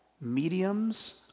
mediums